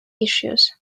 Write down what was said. issues